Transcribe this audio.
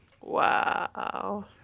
Wow